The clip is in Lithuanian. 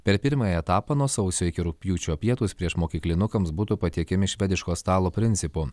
per pirmąjį etapą nuo sausio iki rugpjūčio pietūs priešmokyklinukams būtų patiekiami švediško stalo principu